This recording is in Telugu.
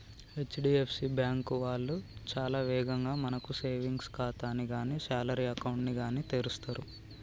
హెచ్.డి.ఎఫ్.సి బ్యాంకు వాళ్ళు చాలా వేగంగా మనకు సేవింగ్స్ ఖాతాని గానీ శాలరీ అకౌంట్ ని గానీ తెరుస్తరు